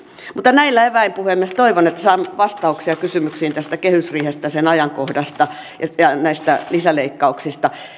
mutta näillä eväillä puhemies toivon että saan vastauksia kysymyksiin kehysriihestä ja sen ajankohdasta ja lisäleikkauksista hallituksen